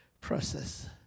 Process